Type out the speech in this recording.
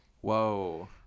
Whoa